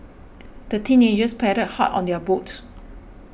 the teenagers paddled hard on their boat